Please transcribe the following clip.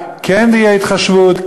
כן תהיה התחשבות,